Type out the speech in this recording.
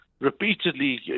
repeatedly